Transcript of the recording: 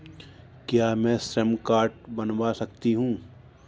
क्या मैं श्रम कार्ड बनवा सकती हूँ?